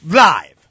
live